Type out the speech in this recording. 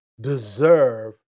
deserve